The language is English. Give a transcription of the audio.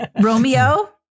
Romeo